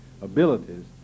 abilities